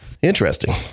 Interesting